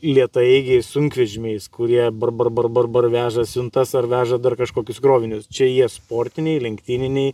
lėtaeigiai sunkvežimiais kurie bar bar bar bar bar veža siuntas ar veža dar kažkokius krovinius čia jie sportiniai lenktyniniai